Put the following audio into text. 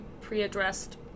pre-addressed